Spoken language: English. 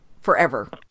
forever